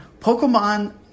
Pokemon